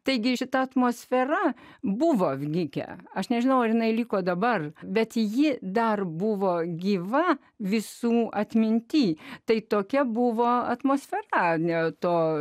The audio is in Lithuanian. taigi šita atmosfera buvo vykę aš nežinau ar jinai liko dabar bet ji dar buvo gyva visų atmintyje tai tokia buvo atmosfera ne to